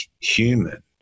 human